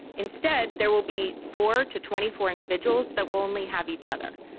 instead, there will be four to twenty four individuals that will only have each other.